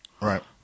Right